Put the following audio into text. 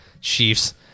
Chiefs